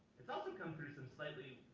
it's also come through some slightly,